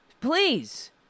please